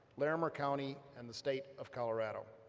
larimer county, and the state of colorado.